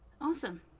Awesome